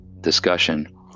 discussion